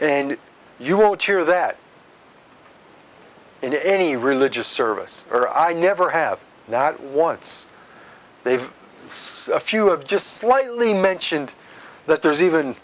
and you won't hear that in any religious service or i never have not once they've said a few of just slightly mentioned that there's even